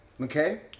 Okay